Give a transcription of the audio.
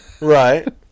Right